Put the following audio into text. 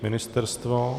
Ministerstvo?